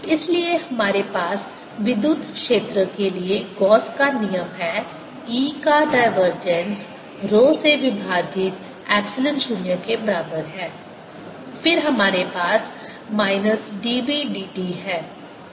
इसलिए हमारे पास विद्युत क्षेत्र के लिए गॉस का नियम Gauss's law है E का डाइवर्जेंस रो से विभाजित एप्सिलॉन 0 के बराबर है फिर हमारे पास माइनस dB dt है